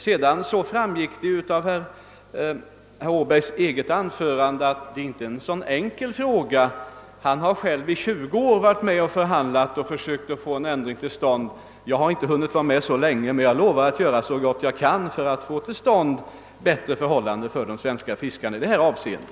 Sedan framgick det av herr Åbergs eget anförande att frågan inte är så enkel. Herr Åberg har själv under 20 år varit med och förhandlat för att försöka få en ändring till stånd. Jag har inte hunnit vara med så länge, men jag lovar att göra så gott jag kan för att vi skall få bättre förhållanden till stånd för de svenska fiskarna i det här avseendet.